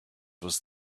was